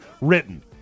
written